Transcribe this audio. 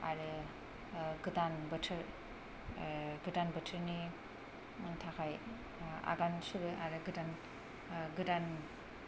आरो गोदान बोथोर गोदान बोथोरनि थाखाय आगान सुरो आरो गोदान गोदान